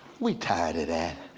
we tired of that.